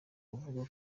kuvuga